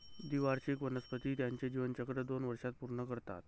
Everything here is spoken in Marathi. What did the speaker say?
द्विवार्षिक वनस्पती त्यांचे जीवनचक्र दोन वर्षांत पूर्ण करतात